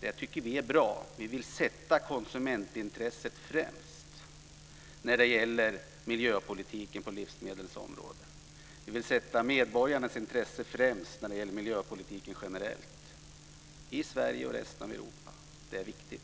Det tycker vi är bra. Vi vill sätta konsumentintresset främst när det gäller miljöpolitiken på livsmedelsområdet. Vi vill sätta medborgarnas intresse främst när det gäller miljöpolitiken generellt i Sverige och resten av Europa. Det är viktigt.